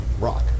rock